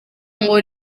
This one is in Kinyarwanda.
ngo